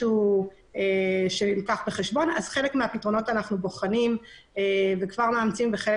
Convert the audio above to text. חלק מהפתרונות אנחנו בוחנים וכבר מאמצים וחלק